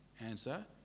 Answer